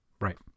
Right